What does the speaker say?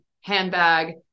handbag